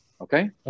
okay